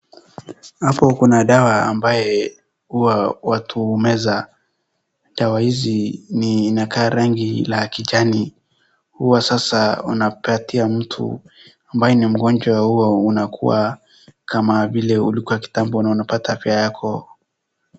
Hapo kuna dawa ambaye huwa watu humeza. Dawa hizi ni inaka rangi la kijani huwa sasa unapatia ambaye ni mgonjwa huwa unakuwa kama vile ulikuwa kitambo unapata afya yako.